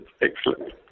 excellent